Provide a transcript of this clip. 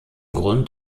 grund